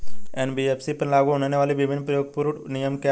NBFC पर लागू होने वाले विभिन्न विवेकपूर्ण नियम क्या हैं?